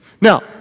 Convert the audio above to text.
Now